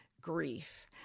grief